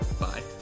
Bye